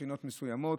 מבחינות מסוימות.